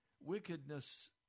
Wickedness